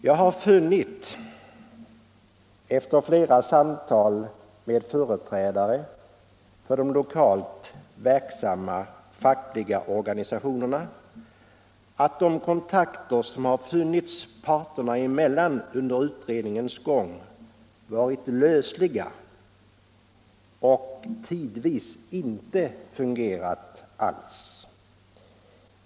Jag har konstaterat — efter flera samtal med företrädare för de lokalt verksamma fackliga organisationerna — att de kontakter som funnits parterna emellan under utredningens gång varit lösliga och tidvis inte funge rat alls.